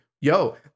yo